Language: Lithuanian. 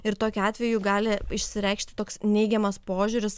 ir tokiu atveju gali išsireikšti toks neigiamas požiūris